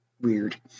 weird